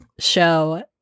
show